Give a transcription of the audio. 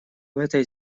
этой